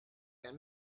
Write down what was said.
and